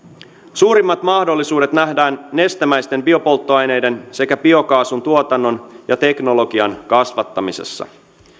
suurimmat mahdollisuudet nähdään nestemäisten biopolttoaineiden sekä biokaasun tuotannon ja teknologian kasvattamisessa